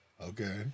Okay